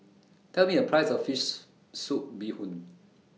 Tell Me The Price of Fish Soup Bee Hoon